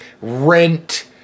rent